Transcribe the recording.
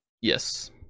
Yes